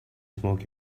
smoke